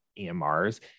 EMRs